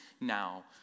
now